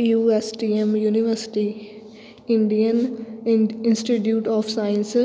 you S D M university Indian in institute of science